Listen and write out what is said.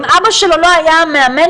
אם אבא שלו לא היה המאמן,